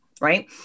right